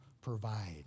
provide